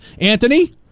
Anthony